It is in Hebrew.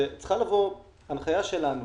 צריכה לבוא הנחייה שלנו